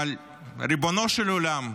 אבל ריבונו של עולם,